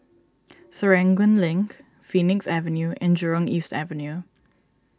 Serangoon Link Phoenix Avenue and Jurong East Avenue